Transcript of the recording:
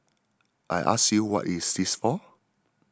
I ask you what is this for